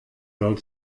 soll